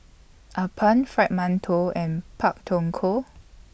Appam Fried mantou and Pak Thong Ko